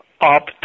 up